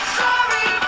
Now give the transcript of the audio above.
sorry